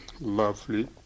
Lovely